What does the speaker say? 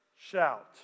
shout